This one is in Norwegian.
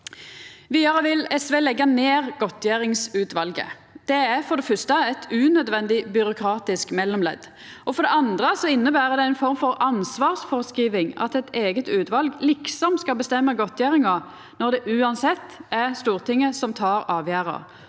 Vidare vil SV leggja ned godtgjeringsutvalet. Det er for det fyrste eit unødvendig byråkratisk mellomledd. For det andre inneber det ei form for ansvarsfråskriving at eit eige utval liksom skal bestemma godtgjeringa når det uansett er Stortinget som tek avgjerda.